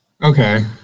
Okay